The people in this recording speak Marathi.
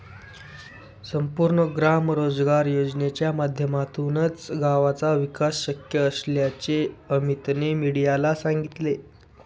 संपूर्ण ग्राम रोजगार योजनेच्या माध्यमातूनच गावाचा विकास शक्य असल्याचे अमीतने मीडियाला सांगितले